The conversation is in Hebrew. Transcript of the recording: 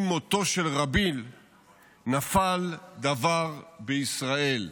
עם מותו של רבין נפל דבר בישראל".